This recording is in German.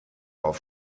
auf